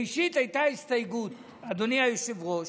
ראשית הייתה הסתייגות, אדוני היושב-ראש,